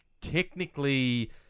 Technically